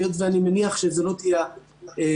והיות שאני מניח שזו לא תהיה הפעם